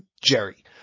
Jerry